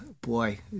boy